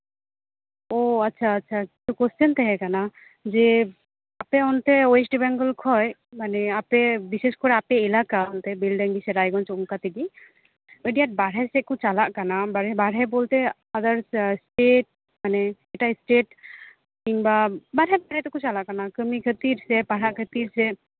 ᱳ ᱟᱪᱪᱷᱟ ᱟᱪᱪᱷᱟ ᱛᱚ ᱠᱚᱥᱪᱮᱱ ᱛᱟᱦᱮᱸᱠᱟᱱᱟ ᱡᱮ ᱟᱯᱮ ᱚᱱᱛᱮ ᱚᱭᱮᱥᱴ ᱵᱮᱝᱜᱚᱞ ᱠᱷᱚᱱ ᱢᱟᱱᱮ ᱟᱯᱮ ᱵᱤᱥᱮᱥ ᱠᱚᱨᱮ ᱟᱯᱮ ᱮᱞᱟᱠᱟ ᱚᱱᱛᱮ ᱵᱮᱞᱰᱟᱹᱝᱨᱤ ᱥᱮ ᱨᱟᱭᱜᱚᱧᱡᱽ ᱚᱱᱠᱟ ᱛᱮᱜᱮ ᱟᱹᱰᱤ ᱟᱸᱴ ᱵᱟᱨᱦᱮ ᱥᱮᱫ ᱠᱚ ᱪᱟᱞᱟᱜ ᱠᱟᱱᱟ ᱵᱟᱨᱦᱮ ᱵᱚᱞᱛᱮ ᱟᱫᱟᱨ ᱮᱥᱴᱮᱴ ᱢᱟᱱᱮ ᱮᱴᱟᱜ ᱮᱥᱴᱮᱴ ᱠᱤᱝᱵᱟ ᱵᱟᱨᱦᱮ ᱵᱟᱨᱦᱮ ᱛᱮᱠᱚ ᱪᱟᱞᱟᱜ ᱠᱟᱱᱟ ᱠᱟᱹᱢᱤ ᱠᱷᱟᱹᱛᱤᱨ ᱥᱮ ᱯᱟᱲᱦᱟᱜ ᱠᱷᱟᱹᱛᱤᱨ ᱥᱮ